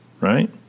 Right